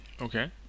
Okay